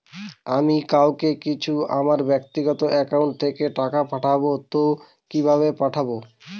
আমি কাউকে কিছু আমার ব্যাক্তিগত একাউন্ট থেকে টাকা পাঠাবো তো কিভাবে পাঠাবো?